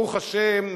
ברוך השם,